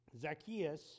Zacchaeus